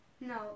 No